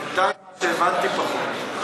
בינתיים, מה שהבנתי, פחות.